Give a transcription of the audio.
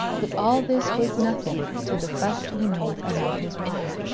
but all this was nothing to the fuss he made about his wine.